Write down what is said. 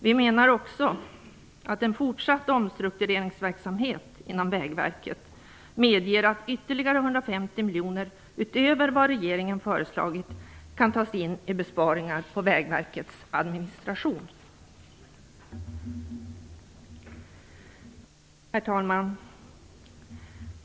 Vi menar också att en fortsatt omstruktureringsverksamhet inom Vägverket medger att ytterligare 150 miljoner, utöver vad regeringen har föreslagit, kan tas in genom besparingar i Vägverkets administration. Herr talman!